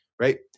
right